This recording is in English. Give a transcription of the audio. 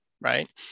right